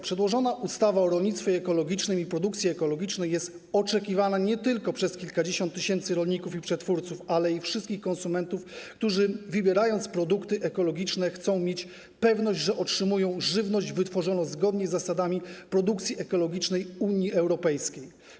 Przedłożona ustawa o rolnictwie ekologicznym i produkcji ekologicznej jest oczekiwana nie tylko przez kilkadziesiąt tysięcy rolników i przetwórców, ale i wszystkich konsumentów, którzy wybierając produkty ekologiczne, chcą mieć pewność, że otrzymują żywność wytworzoną zgodnie z zasadami produkcji ekologicznej Unii Europejskiej.